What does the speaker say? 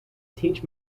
teach